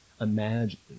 Imagine